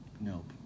Nope